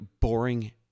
boring